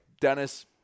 Dennis